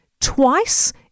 twice